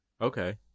Okay